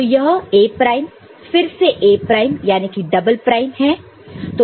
तो यह A prime फिर से A प्राइम यानी कि डबल प्राइम है